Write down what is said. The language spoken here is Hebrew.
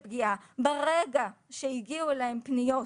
ברגע שהגיעו אליהם פניות